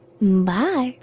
Bye